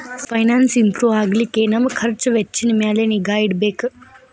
finance improve ಆಗ್ಲಿಕ್ಕೆ ನಮ್ ಖರ್ಛ್ ವೆಚ್ಚಿನ್ ಮ್ಯಾಲೆ ನಿಗಾ ಇಡ್ಬೆಕ್